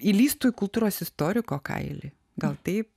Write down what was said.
įlįstų į kultūros istoriko kailį gal taip